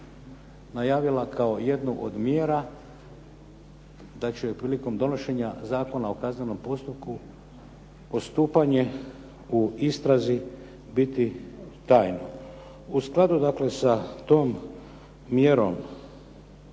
najavila kao jednu od mjera da će prilikom donošenja Zakona o kaznenom postupku postupanje u istrazi biti tajno. U skladu dakle sa tom mjerom